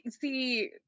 See